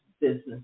Business